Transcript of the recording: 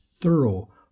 thorough